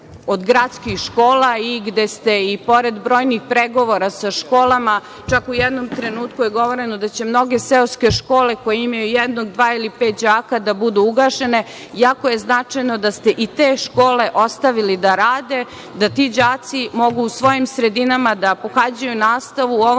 od gradskih škola i gde ste i pored brojnih pregovora sa školama, čak u jednom trenutku je govoreno da će mnoge seoske škole, koje imaju jednog, dva ili pet đaka, da budu ugašene, jako je značajno da ste i te škole ostavili da rade, da ti đaci mogu u svojim sredinama pohađaju nastavu.U ovom